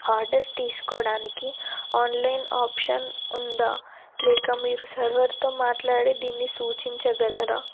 order తీసుకోడానికి online option ఉందా లేక మీరు సర్వర్తో మాట్లాడి దీన్ని సూచించగలరా